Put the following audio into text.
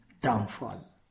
downfall